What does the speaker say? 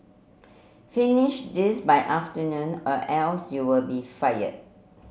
finish this by afternoon or else you'll be fired